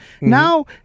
Now